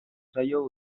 zaio